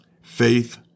Faith